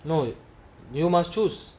no you must choose